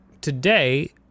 today